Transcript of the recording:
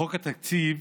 חוק התקציב